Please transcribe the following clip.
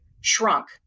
shrunk